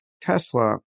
Tesla